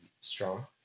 strong